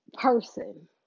person